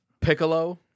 Piccolo